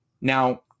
Now